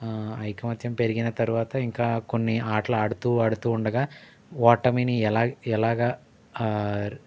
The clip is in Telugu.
ఐకమత్యం పెరిగిన తరువాత ఇంకా కొన్ని ఆటలు ఆడుతూ ఆడుతూ ఉండగా ఓటమిని ఎలా ఎలాగ